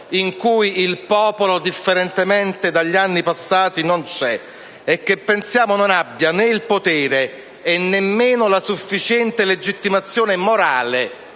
in cui il popolo, differentemente dagli anni passati, non c'è e che pensiamo non abbia il potere e nemmeno la sufficiente legittimazione morale